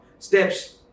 steps